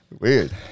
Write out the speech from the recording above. Weird